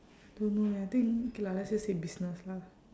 don't know leh think okay lah let's just say business lah